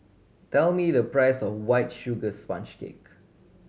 tell me the price of White Sugar Sponge Cake